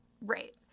Right